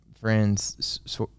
friends